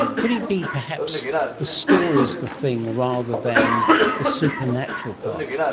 could it be perhaps the story is the thing, rather than the supernatural part?